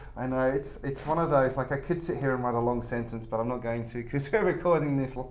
i know. it's it's one of those like i could sit here and write a long sentence, but i'm not going to because recording this